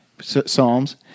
psalms